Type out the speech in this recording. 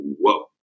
whoa